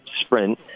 sprint